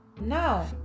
Now